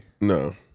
No